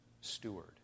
steward